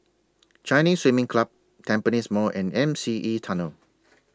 Chinese Swimming Club Tampines Mall and M C E Tunnel